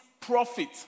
profit